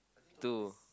two